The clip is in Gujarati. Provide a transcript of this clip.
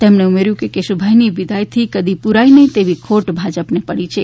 તેમણે ઉમેર્યું કે કેશુભાઈની વિદાયથી કદી પુરાય નહીં તેવી ખોટ ભાજપને પડી છે